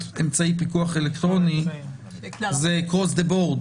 אמצעי פיקוח אלקטרוני זה across the board,